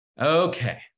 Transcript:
okay